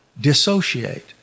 dissociate